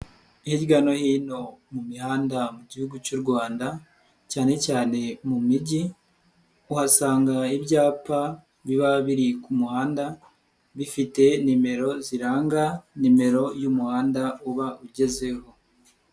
Hirya no hino mu mihanda mu gihugu cy'u Rwanda cyane cyane mu mijyi, uhasanga ibyapa biba biri ku muhanda bifite nimero ziranga nimero y'umuhanda uba ugezeho.